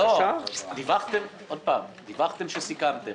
דיווחתם שסיכמתם.